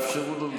תאפשרו לו לדבר.